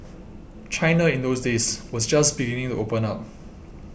China in those days was just beginning to open up